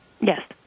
Yes